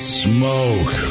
smoke